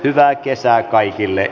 hyvää kesää kaikille